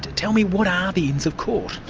tell me, what are the inns of court?